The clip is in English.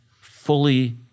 fully